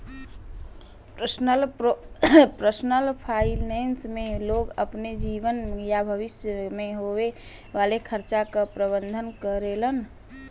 personal finance में लोग अपने जीवन या भविष्य में होये वाले खर्चा क प्रबंधन करेलन